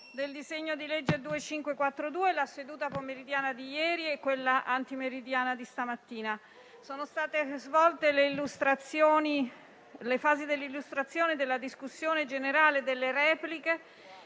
del disegno di legge n. 2542 la seduta pomeridiana di ieri e quella antimeridiana di stamattina. Sono state svolte le fasi dell'illustrazione, della discussione generale, delle repliche